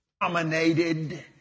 Dominated